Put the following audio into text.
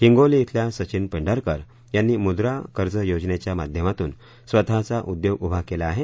हिंगोली शिल्या सचिन पेंढारकर यांनी मुद्रा कर्ज योजनेच्या माध्यमातून स्वतःचा उद्योग उभा केला आहे